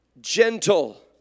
Gentle